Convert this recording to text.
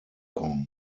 kong